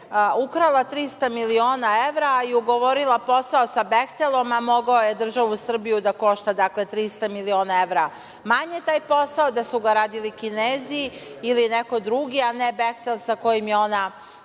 ukrala 300 miliona evra i ugovorila posao sa "Behtelom", a mogao je državu Srbiju da košta 300 miliona evra manje taj posao da su ga radili Kinezi ili neko drugi, a ne "Behtel" sa kojim je ona